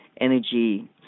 energy